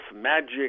magic